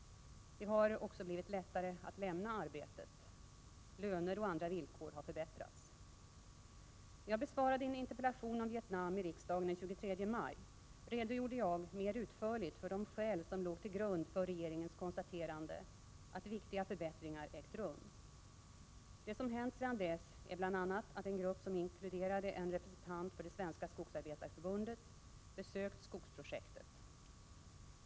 Det har också blivit lättare att lämna arbetet. Löner och andra villkor har förbättrats. När jag besvarade en interpellation om Vietnam i riksdagen den 23 maj, redogjorde jag mer utförligt för de skäl som låg till grund för regeringens konstaterande att viktiga förbättringar ägt rum. Det som hänt sedan dess är bl.a. att en grupp som inkluderade en representant för det svenska skogsarbetareförbundet besökt skogsprojektet.